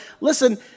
listen